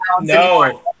No